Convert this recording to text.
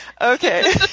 Okay